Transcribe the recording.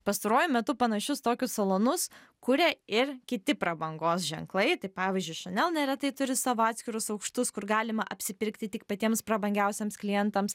pastaruoju metu panašius tokius salonus kuria ir kiti prabangos ženklai tai pavyzdžiui chanel neretai turi savo atskirus aukštus kur galima apsipirkti tik patiems prabangiausiems klientams